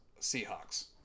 Seahawks